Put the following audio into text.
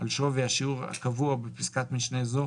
על שווי השיעור הקבוע בפסקת משנה זו,